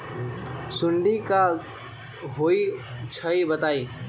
सुडी क होई छई बताई?